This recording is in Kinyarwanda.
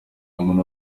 muntu